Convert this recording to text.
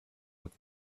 with